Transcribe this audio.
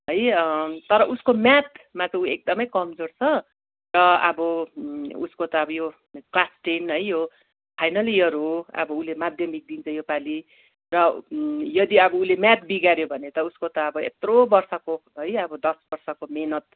है तर उसको म्याथमा चाहिँ ऊ एकदमै कमजोर छ र अब उसको त अब यो क्लास टेन है यो फाइनल इयर हो अब उसले माध्यमिक दिन्छ यसपालि र यदि अब उसले म्याथ बिगाऱ्यो भने त उसको त अब यत्रो वर्षको है अब दस वर्षको मेहनत